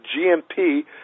GMP